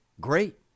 Great